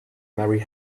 mary